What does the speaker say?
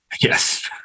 Yes